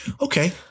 Okay